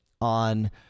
on